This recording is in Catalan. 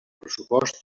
pressupost